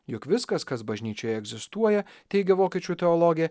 juk viskas kas bažnyčioj egzistuoja teigia vokiečių teologė